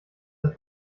das